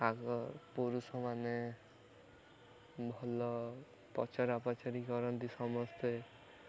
ଆଗ ପୁରୁଷମାନେ ଭଲ ପଚରାପଚରି କରନ୍ତି ସମସ୍ତେ